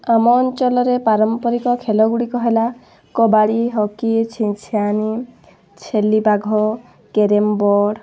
ଆମ ଅଞ୍ଚଲରେ ପାରମ୍ପରିକ ଖେଲ ଗୁଡ଼ିକ ହେଲା କବାଡ଼ି ହକି ଛିଇଁ ଛିଆଁନି ଛେଲି ବାଘ କ୍ୟାରେମ ବୋର୍ଡ଼